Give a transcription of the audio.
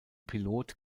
pilot